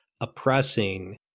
oppressing